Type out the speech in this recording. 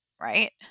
right